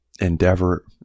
Endeavor